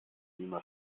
klima